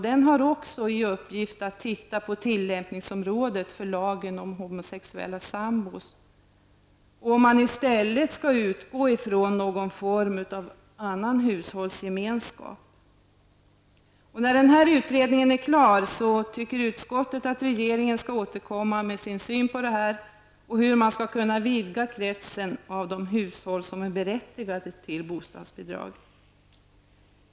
Den har också i uppgift att titta på tillämpningsområdet för lagen om homosexuella sammanboende -- och om man i stället skall utgå från någon form av annan hushållsgemenskap. Utskottet anser att när utredningen är klar skall regeringen återkomma med sin syn på detta och på hur man skall kunna vidga kretsen av de hushåll som är berättigade till bostadsbidrag.